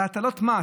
בהטלת מס